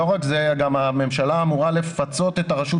לא רק זה אלא גם הממשלה אמורה לפצות את הרשות